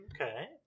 Okay